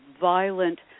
violent